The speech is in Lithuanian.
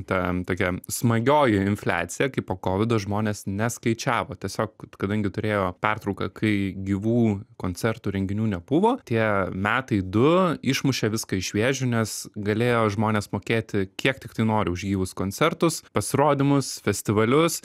tą tokią smagioji infliacija kai po kovido žmonės neskaičiavo tiesiog kadangi turėjo pertrauką kai gyvų koncertų renginių nebuvo tie metai du išmušė viską iš vėžių nes galėjo žmonės mokėti kiek tiktai nori už gyvus koncertus pasirodymus festivalius